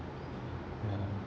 yeah